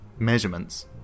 measurements